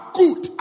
good